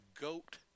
goat